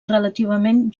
relativament